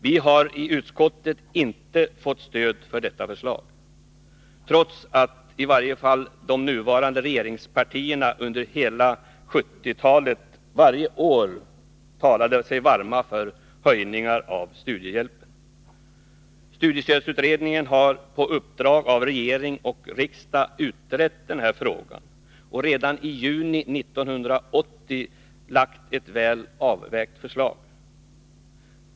Vi har i utskottet inte fått stöd för detta förslag, trots att i varje fall de nuvarande regeringspartierna under hela 1970-talet varje år talade sig varma för höjningar av studiehjälpen. Studiestödsutredningen har, på uppdrag av regering och riksdag, utrett frågan och redan i juni 1980 lagt fram ett väl avvägt förslag.